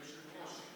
היושב-ראש,